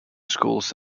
schools